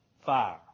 fire